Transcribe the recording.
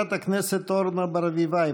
חברת הכנסת אורנה ברביבאי,